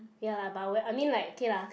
ya lah but we're I mean like okay lah